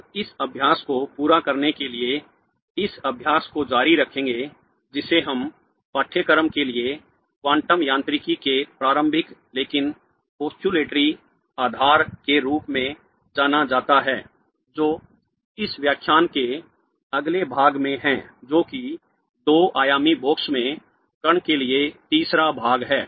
हम इस अभ्यास को पूरा करने के लिए इस अभ्यास को जारी रखेंगे जिसे इस पाठ्यक्रम के लिए क्वांटम यांत्रिकी के प्रारंभिक लेकिन पोस्टुलेटरी आधार के रूप में जाना जाता है जो इस व्याख्यान के अगले भाग में है जो कि दो आयामी बॉक्स में कण के लिए तीसरा भाग है